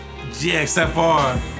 Gxfr